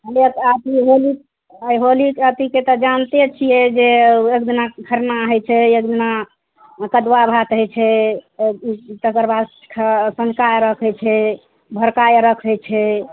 अथि होली अइ होली अथिके तऽ जानते छियै जे एक दिना खरना हइ छै एक दिना कदुआ भात हइ छै तकर बाद ख साँझका अरग हइ छै भोरका अरग हइ छै